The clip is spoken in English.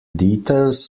details